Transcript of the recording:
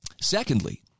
Secondly